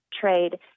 trade